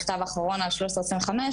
מכתב אחרון 1325,